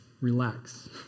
Relax